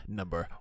number